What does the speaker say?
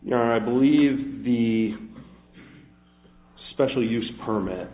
know i believe the special use permit